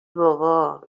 بابا